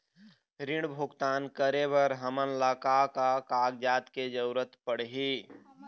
ऋण भुगतान करे बर हमन ला का का कागजात के जरूरत पड़ही?